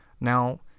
Now